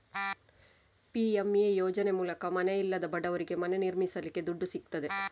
PMA ಯೋಜನೆ ಮೂಲಕ ಮನೆ ಇಲ್ಲದ ಬಡವರಿಗೆ ಮನೆ ನಿರ್ಮಿಸಲಿಕ್ಕೆ ದುಡ್ಡು ಸಿಗ್ತದೆ